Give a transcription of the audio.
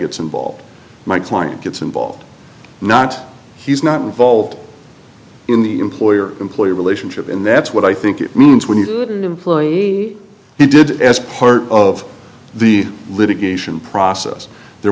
gets involved my client gets involved not he's not involved in the employer employee relationship and that's what i think it means when you good an employee he did as part of the litigation process there